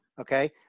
okay